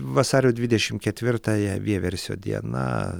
vasario dvidešimt ketvirtąją vieversio diena